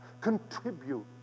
Contribute